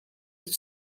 het